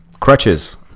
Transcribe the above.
crutches